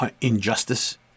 injustice